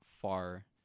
far